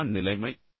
எனவே இதுதான் நிலைமை